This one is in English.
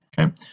Okay